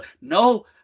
no